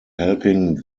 helping